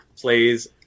plays